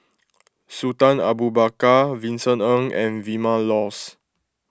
Sultan Abu Bakar Vincent Ng and Vilma Laus